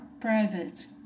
private